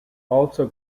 also